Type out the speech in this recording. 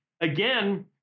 again